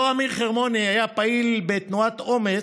אותו אמיר חרמוני היה פעיל בתנועת אומ"ץ,